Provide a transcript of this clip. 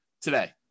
today